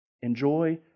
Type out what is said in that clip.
Enjoy